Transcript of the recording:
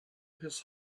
his